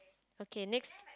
okay next